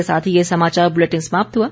इसी के साथ ये समाचार बुलेटिन समाप्त हुआ